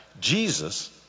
Jesus